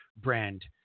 brand